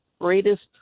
greatest